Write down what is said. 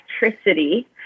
electricity